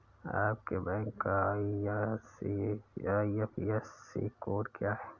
आपके बैंक का IFSC code क्या है?